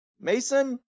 mason